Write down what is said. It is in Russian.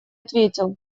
ответил